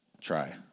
Try